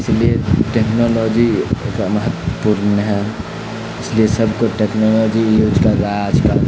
اس لیے ٹیکنالوجی ایک مہتوپورن ہے اس لیے سب کو ٹیکنالوجی یوز کر رہا ہے آج کل